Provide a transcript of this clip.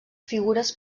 figures